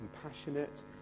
compassionate